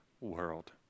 world